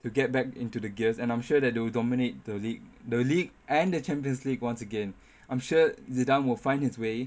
to get back into the gears and I'm sure that they will dominate the league the league and the champions league once again I'm sure zidane will find his way